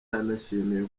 yanashimiye